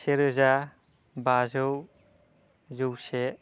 सेरोजा बाजौ जौसे